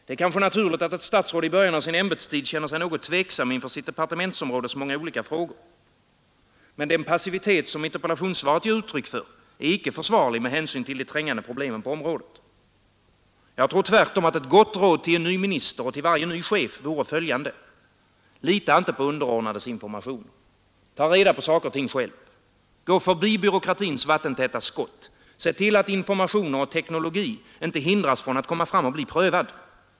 Det är kanske naturligt, att ett statsråd i början av sin ämbetstid känner sig något tveksam inför sitt departementsområdes många olika frågor. Men den passivitet som interpellationssvaret ger uttryck för är icke försvarlig med hänsyn till de trängande problemen på området. Jag tror tvärtom att ett gott råd till en ny minister och till varje ny chef vore följande: Lita inte på underordnades informationer. Ta reda på saker och ting själv. Gå förbi byråkratins vattentäta skott. Se till att informationer och teknologi inte hindras från att komma fram och bli prövade.